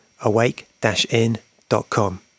awake-in.com